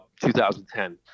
2010